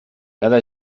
cada